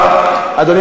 אדוני